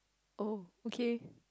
oh okay